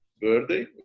birthday